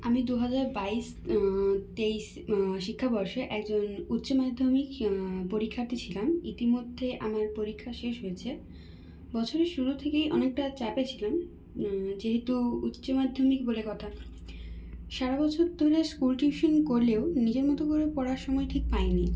আমি দুহাজার বাইশ তেইশ শিক্ষাবর্ষে একজন উচ্চমাধ্যমিক পরীক্ষার্থী ছিলাম ইতিমধ্যে আমার পরীক্ষা শেষ হয়েছে বছরের শুরু থেকেই অনেকটা চাপে ছিলাম যেহেতু উচ্চমাধ্যমিক বলে কথা সারাবছর ধরে স্কুল টিউশন করলেও নিজের মত করে পড়ার সময় ঠিক পাইনি